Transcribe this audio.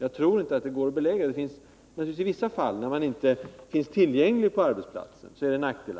I vissa fall kan det givetvis vara en nackdel att man inte finns tillgänglig på arbetsplatsen.